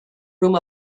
room